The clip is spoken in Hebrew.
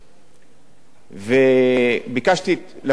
ביקשתי להכניס לבסיס התקציב של 2013,